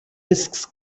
risks